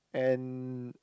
and